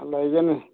ꯂꯩꯒꯅꯤ